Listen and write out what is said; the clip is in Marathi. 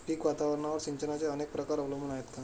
पीक वातावरणावर सिंचनाचे अनेक प्रकार अवलंबून आहेत का?